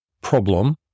problem